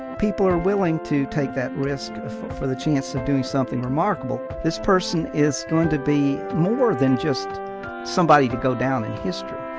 people are willing to take that risk for the chance to do something remarkable. this person is going to be more than just somebody to go down in history,